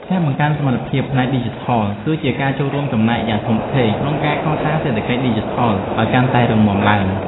ការបង្កើនសមត្ថភាពផ្នែកឌីជីថល គឺជាការចូលរួមចំណែកយ៉ាងធំធេងក្នុងការកសាងសេដ្ឋកិច្ចឌីជីថលឱ្យកាន់តែរឹងមាំឡើង។